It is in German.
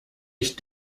ich